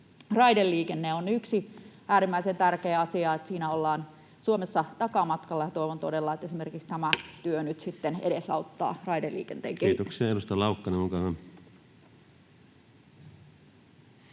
Raideliikenne on yksi äärimmäisen tärkeä asia. Siinä ollaan Suomessa takamatkalla, ja toivon todella, että esimerkiksi tämä työ nyt sitten edesauttaa raideliikenteen kehittämistä. Kiitoksia. — Edustaja Laukkanen, olkaa